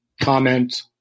comment